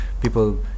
People